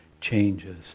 changes